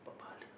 dapat pahala